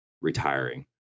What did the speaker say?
retiring